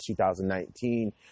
2019